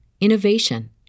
innovation